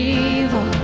evil